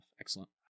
Excellent